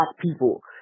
people